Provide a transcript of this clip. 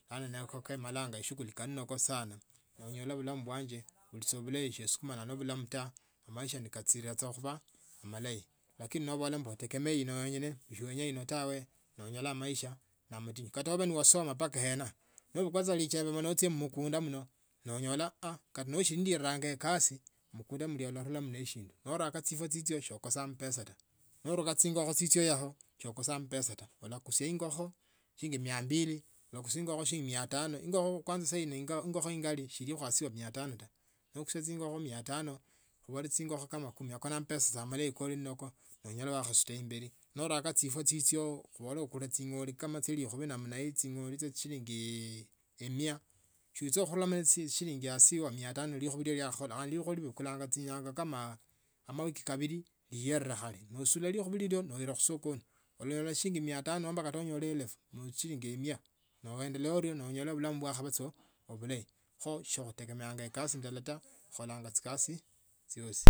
Khane ne ekoke mala emala chishughuli chiange no onyola bulamu bwanje buli sa bulayi se sembulana no obulamu ta khumaisha kachilila sa khuba malayi lakini nobala mbu ategemeye owenyine ne so wenya ino tawe no onyola amaisha ne amatinyu kata no wasoma mpaka ena nobukula sa ujembe mala uchie mmukunda mno no onyola aah nochiraranga ekasi mkunda ularamo neshindu nooraka chifwa chichyo ao sokosa amapesa ta. No onika chingokho chichi ao sokosa amapesa ta ulakusia ingokho shilingi mia mbili, okusia ingokho mia tano chini ya mia tano ta. No okusia ingokho mia tano obole chingokho singa kumi yako na amapesa sa amalayi no onyola wakhaisuta imbeli noraka chifwa chichyo khubole okula chingole kama chia likhubi lia khakhola likhubi libukula chinyanga kama amawiki kabili liyere khale, obukhula likhubi heyo no iala msokoni. Olanyola shilingi mia tano nomba kata onyole elfu ni eshilingi emia noendelea ono noonyola bulamu bwakhaba obulayo so so khutegemeanga ekasi ndala tu kukhola chi kasi chyosi.